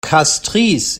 castries